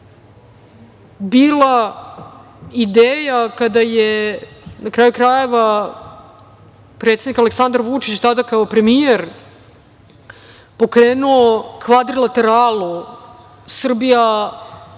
bila ideja kada je, na kraju krajeva, predsednik Aleksandar Vučić tada kao premijer pokrenuo kvadrilateralu Srbija,